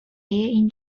این